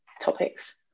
topics